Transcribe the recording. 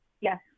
Yes